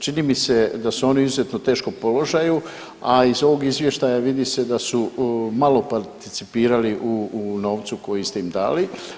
Čini mi se da su oni u izuzetno teškom položaju, a iz ovog izvještaja vidi se da su malo participirali u novcu koji ste im dali.